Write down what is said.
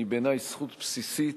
היא בעיני זכות בסיסית,